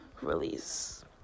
release